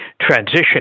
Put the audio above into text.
transition